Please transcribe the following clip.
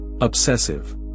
Obsessive